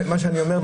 מה שאני אומר,